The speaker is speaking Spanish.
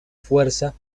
fuerza